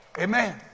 Amen